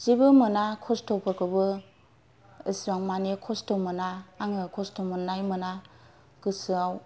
जेबो मोना खस्थ'फोरखौबो एसेबां मानि खस्थ' मोना आङो खस्थ' मोननाय मोना गोसोआव